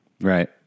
Right